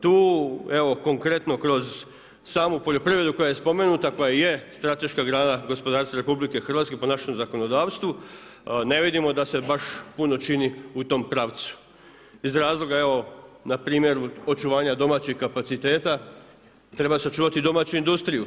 Tu evo konkretno kroz samu poljoprivredu koja je spomenuta, koja je strateška grana gospodarstva Republike Hrvatske po našem zakonodavstvu ne vidimo da se baš puno čini u tom pravcu iz razloga na primjer očuvanja domaćih kapaciteta treba sačuvati domaću industriju.